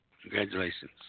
Congratulations